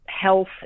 health